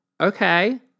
okay